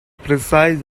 precise